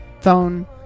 phone